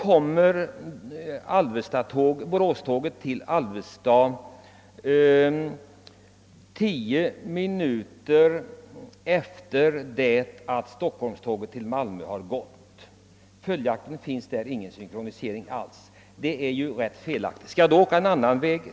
Borås-tåget till Alvesta anlän der emellertid 10 minuter efter det att tåget till Malmö avgått. Här föreligger följaktligen ingen som helst synkronisering.